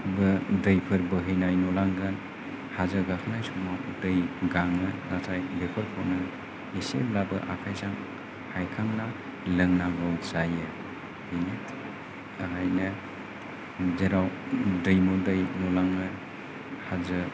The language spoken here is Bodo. दैफोर बोहैनाय नुनांगोन हाजो गाखोनाय समाव दै गाङो नाथाय बेफोरखौनो एसेब्लाबो आखाइजों हायखांना लोंनांगौ जायो ओंखायनो जेराव दैमु दै नुलाङो हाजो